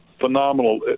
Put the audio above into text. phenomenal